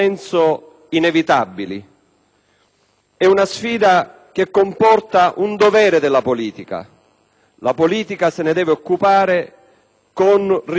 È una sfida che comporta un dovere della politica. La politica se ne deve occupare con rigore e progettualità.